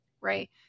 Right